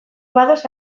bados